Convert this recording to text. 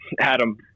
Adam